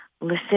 Listen